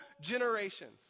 generations